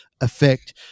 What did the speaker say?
effect